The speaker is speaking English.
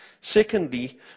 Secondly